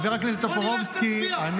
בוא נראה איך תצביע,